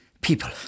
People